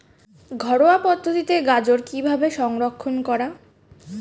ঘরোয়া পদ্ধতিতে গাজর কিভাবে সংরক্ষণ করা?